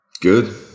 Good